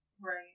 Right